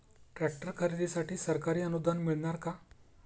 Tractor खरेदीसाठी सरकारी अनुदान मिळणार का?